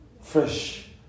Fresh